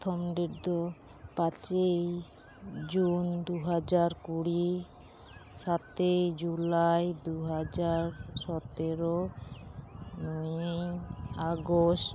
ᱯᱚᱛᱷᱚᱢ ᱰᱮᱴᱫᱚ ᱯᱟᱪᱮᱭ ᱡᱩᱱ ᱫᱩ ᱦᱟᱡᱟᱨ ᱠᱩᱲᱤ ᱥᱟᱛᱮᱭ ᱡᱩᱞᱟᱭ ᱫᱩ ᱦᱟᱡᱟᱨ ᱥᱚᱛᱮᱨᱚ ᱱᱚᱭᱮᱭ ᱟᱜᱚᱥᱴ